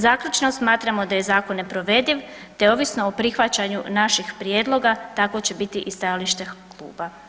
Zaključno, smatramo da je zakon neprovediv te ovisno o prihvaćanju naših prijedloga, takvo će biti i stajalište kluba.